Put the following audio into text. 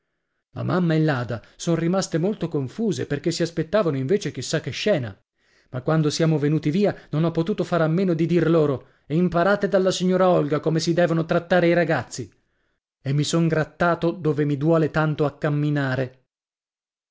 la mamma e l'ada son rimaste molto confuse perché si aspettavano invece chi sa che scena ma quando siamo venuti via non ho potuto far a meno di dir loro imparate dalla signora olga come si devono trattare i ragazzi e mi son grattato dove mi duole tanto a camminare